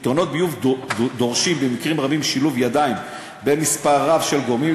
פתרונות ביוב דורשים במקרים רבים שילוב ידיים בין מספר רב של גורמים,